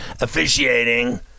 officiating